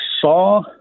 saw